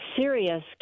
serious